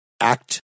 act